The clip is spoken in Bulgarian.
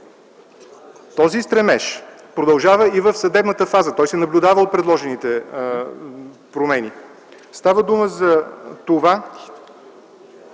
Този стремеж продължава и в съдебната фаза, той се наблюдава от предложените промени. Става дума за това,